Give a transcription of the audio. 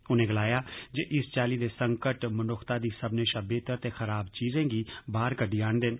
उनें गलाया जे इस चाल्ली दे संकट मनुक्खता दी सब्बनें शा बेहतर ते खराब चीजें गी बाहर कड्डी आनदा ऐ